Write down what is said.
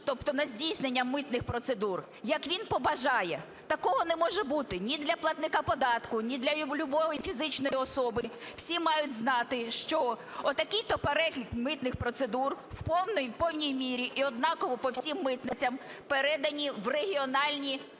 тобто на здійснення митних процедур, як він побажає. Такого не може бути ні для платника податку, ні для любої фізичної особи, всі мають знати, що такий-то перегляд митних процедур в повній мірі, і однаково по всім митницям передані в регіональні